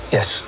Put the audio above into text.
Yes